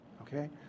Okay